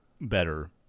better